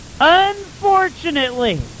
Unfortunately